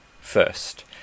first